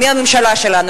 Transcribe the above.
מהממשלה שלנו,